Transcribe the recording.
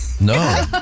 No